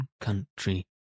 country